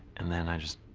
and then, i just.